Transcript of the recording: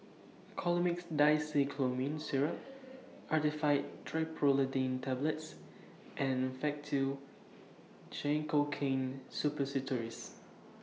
Colimix Dicyclomine Syrup Actifed Triprolidine Tablets and Faktu Cinchocaine Suppositories